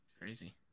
Crazy